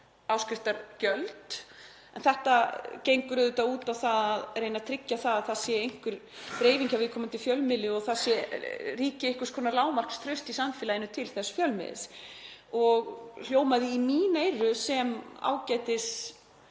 áskriftargjöld. Þetta gengur auðvitað út á það að reyna að tryggja að það sé einhver dreifing hjá viðkomandi fjölmiðli og það ríki einhvers konar lágmarkstraust í samfélaginu til þess fjölmiðils. Það hljómaði í mín eyru sem ágætisleið,